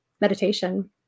meditation